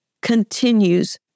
continues